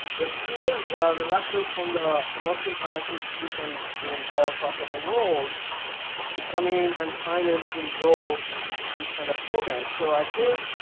still reluctance from the commercial financing institutions in all parts of the world to come in and finance in groups this kind of program. so i think,